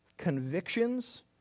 Convictions